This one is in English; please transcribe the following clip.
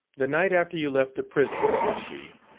the night after you left the prison, said she,